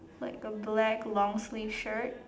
like a black long sleeve shirt